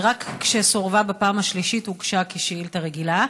ורק כשסורבה בפעם השלישית הוגשה כשאילתה רגילה.